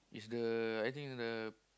is the I think the